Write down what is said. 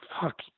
fuck